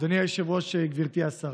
אדוני היושב-ראש, גברתי השרה,